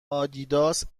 آدیداس